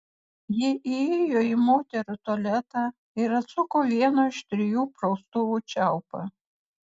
ji įėjo į moterų tualetą ir atsuko vieno iš trijų praustuvų čiaupą